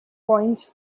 coined